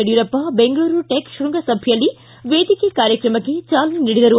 Yediyurappa Bengaluru tech ತೃಂಗಸಭೆಯಲ್ಲಿ ವೇದಿಕೆ ಕಾರ್ಯಕ್ರಮಕ್ಕೆ ಚಾಲನೆ ನೀಡಿದರು